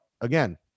again